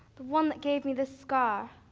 the one that gave me this scar.